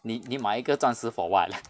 你你买一个钻石 for what